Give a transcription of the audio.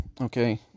Okay